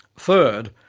third,